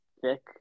thick